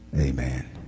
amen